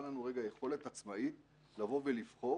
לנו רגע יכולת עצמאית לבוא ולבחור,